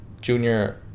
junior